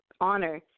honor